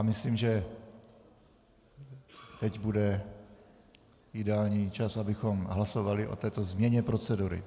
Myslím, že teď bude ideální čas, abychom hlasovali o této změně procedury.